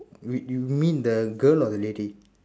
you you mean the girl or the lady